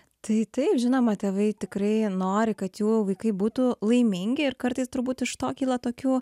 tai taip žinoma tėvai tikrai nori kad jų vaikai būtų laimingi ir kartais turbūt iš to kyla tokių